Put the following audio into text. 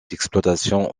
d’exploitation